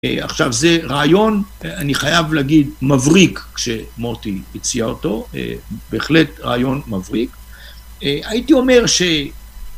עכשיו זה רעיון - אני חייב להגיד - מבריק, כשמוטי הציע אותו, בהחלט רעיון מבריק. הייתי אומר ש...